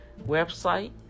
website